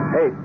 Hey